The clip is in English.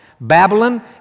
Babylon